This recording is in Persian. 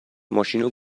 ماشینو